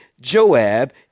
Joab